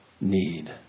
need